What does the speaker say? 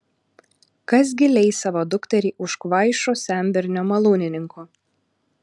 kas gi leis savo dukterį už kvaišo senbernio malūnininko